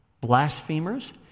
blasphemers